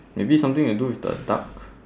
maybe something to do with the duck